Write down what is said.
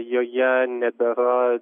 joje nebėra